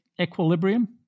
equilibrium